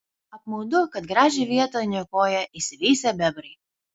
apmaudu kad gražią vietą niokoja įsiveisę bebrai